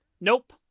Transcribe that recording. Nope